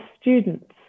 students